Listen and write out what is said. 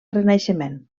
renaixement